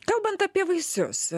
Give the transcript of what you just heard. kalbant apie vaisius